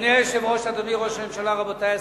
אדוני היושב-ראש, אדוני ראש הממשלה, רבותי השרים,